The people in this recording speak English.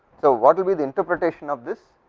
so, what will be the interpretation of this,